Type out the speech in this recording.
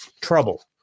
trouble